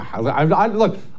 Look